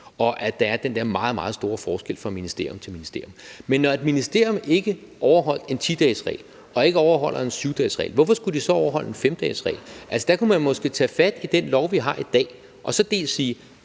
og at der er den der meget, meget store forskel fra ministerium til ministerium. Men når et ministerium ikke overholdt en 10-dagesregel og ikke overholder en 7-dagesregel, hvorfor skulle de så overholde en 5-dagesregel? Der kunne man måske tage fat i den lov, vi har i dag, og for det